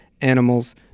animals